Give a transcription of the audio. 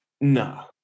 No